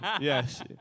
yes